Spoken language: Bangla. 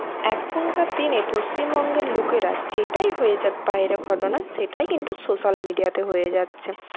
এখনকার দিনে পশ্চিমবঙ্গের লোকেরা যেটাই হয়ে যাক বাইরে ঘটনা সেটাই কিন্তু সোশ্যাল মিডিয়াতে হয়ে যাচ্ছে